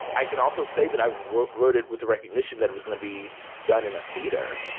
i can also say that i wrote wrote it with the recognition that it was going to be done in a theater,